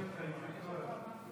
אני חושב, שאני מדבר כשאת יושבת-ראש.